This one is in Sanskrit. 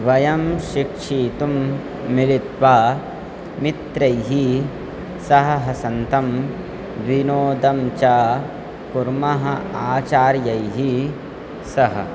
वयं शिक्षितुं मिलित्वा मित्रैः सह सन्तं विनोदं च कुर्मः आचार्यैः सह